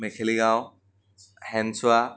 Mekheligaon Senchowa